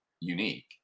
unique